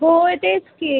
होय तेच की